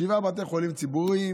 שבעה בתי חולים ציבוריים.